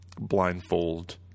blindfold